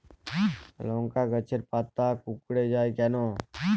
লংকা গাছের পাতা কুকড়ে যায় কেনো?